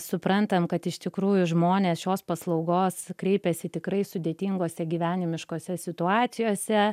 suprantame kad iš tikrųjų žmonės šios paslaugos kreipiasi tikrai sudėtingose gyvenimiškose situacijose